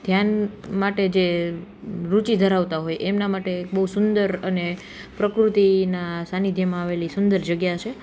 ધ્યાન માટે જે રુચિ ધરાવતા હોય એમના માટે એક બહુ સુંદર અને પ્રકૃતિના સાનિધ્યમાં આવેલી સુંદર જગ્યા છે